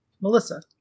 Melissa